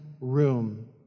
room